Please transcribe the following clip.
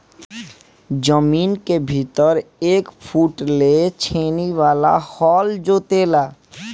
जमीन के भीतर एक फुट ले छेनी वाला हल जोते ला